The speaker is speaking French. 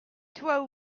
toi